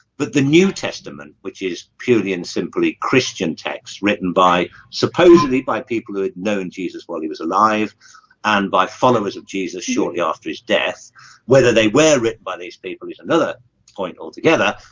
but the new testament which is purely and simply christian texts written by supposedly by people who had known jesus while he was alive and by followers of jesus shortly after his death whether they were written by these people is another point altogether,